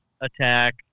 attack